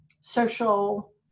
social